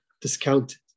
discounted